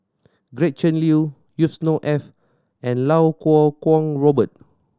Gretchen Liu Yusnor Ef and Iau Kuo Kwong Robert